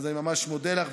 אז אני ממש מודה לך.